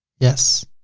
yes.